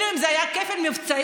מילא אם זה היה כפל מבצעים,